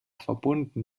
verbunden